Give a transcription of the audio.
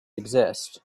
exist